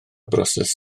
broses